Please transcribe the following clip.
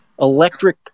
electric